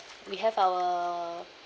we have our